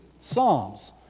psalms